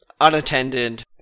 unattended